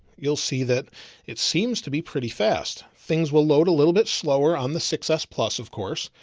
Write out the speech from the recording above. you'll see that it seems to be pretty fast. things will load a little bit slower on the success plus of course,